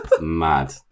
mad